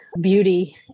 beauty